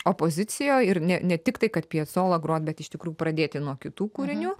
opozicijoj ir ne ne tiktai kad piacolą grot bet iš tikrųjų pradėti nuo kitų kūrinių